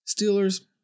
Steelers